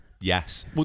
Yes